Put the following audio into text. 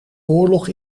oorlog